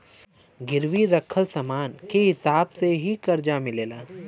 गिरवी रखल समान के हिसाब से ही करजा मिलेला